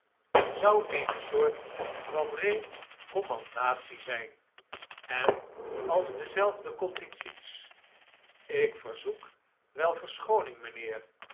zou eene soort van recommandatie zijn en als dezelfde condities ik verzoek wel verschooning mijnheer